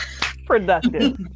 productive